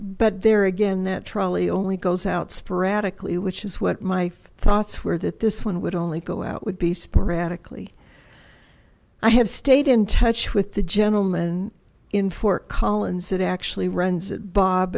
but there again that trolley only goes out sporadically which is what my thoughts were that this one would only go out would be sporadically i have stayed in touch with the gentleman in fort collins that actually runs